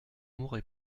mourrai